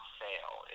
sale